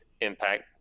impact